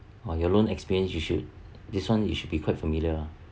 oh your loan experience you should this [one] you should be quite familiar lah